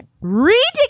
ridiculous